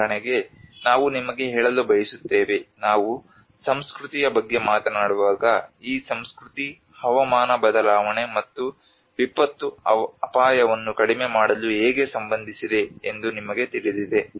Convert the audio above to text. ಉದಾಹರಣೆಗೆ ನಾವು ನಿಮಗೆ ಹೇಳಲು ಬಯಸುತ್ತೇವೆ ನಾವು ಸಂಸ್ಕೃತಿಯ ಬಗ್ಗೆ ಮಾತನಾಡುವಾಗ ಈ ಸಂಸ್ಕೃತಿ ಹವಾಮಾನ ಬದಲಾವಣೆ ಮತ್ತು ವಿಪತ್ತು ಅಪಾಯವನ್ನು ಕಡಿಮೆ ಮಾಡಲು ಹೇಗೆ ಸಂಬಂಧಿಸಿದೆ ಎಂದು ನಿಮಗೆ ತಿಳಿದಿದೆ